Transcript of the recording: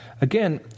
Again